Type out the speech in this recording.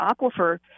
aquifer